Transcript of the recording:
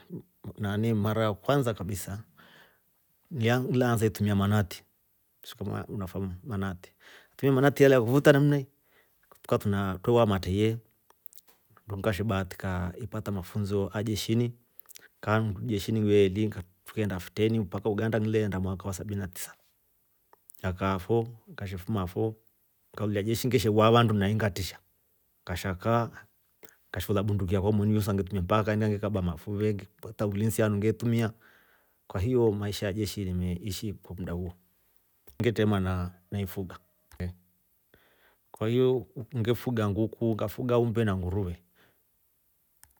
Nani mara ya kwansa kabisa ngile ansa itumia manati si unafahamu manati manatia alayayakufuta namanaii tukawa tuna twe waa mateye ndo ngashebahatika ipata mafunso a jeshini ka ni jeshini ngiveli tukeenda fiteni mpaka uganda ngile enda mwaka a sabini na tisa ngakaafo ngashefuma fo ngalolya jeshi ngeshe waa vandu nahi ngatisha, ngasha kaa ngashe ola bunduki yakwa monuyo sa ngetumia mpaka kaindika ngekaba mafuve, ngapata ulinsi handu nge tumia. kwahiyo maisha ya jeshi nime ishi mda huo. ngetema na ifuga kwahiyo ngefuga nnguku, ngafuga umbe na nnguruve.